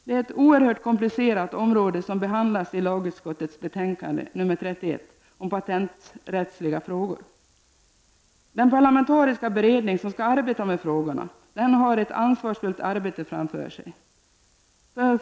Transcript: Det är ett oerhört komplicerat område som behandlas i lagutskottets betänkande nr 31 om patenträttsliga frågor. Den parlamentariska beredning som skall arbeta med frågorna har ett ansvarsfullt arbete framför sig.